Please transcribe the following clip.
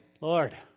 Lord